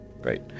Great